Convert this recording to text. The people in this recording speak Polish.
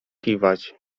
kiwać